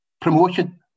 promotion